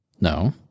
No